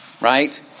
right